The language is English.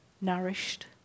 nourished